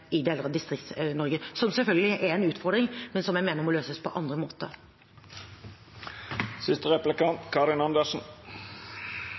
i deler av Distrikts-Norge, som selvfølgelig er en utfordring, men som jeg mener må løses på andre måter.